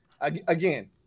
again